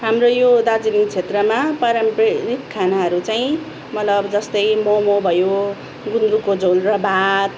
हाम्रो यो दार्जिलिङ क्षेत्रमा पारम्परिक खानाहरू चाहिँ मलाई अब जस्तै मोमो भयो गुन्द्रुकको झोल र भात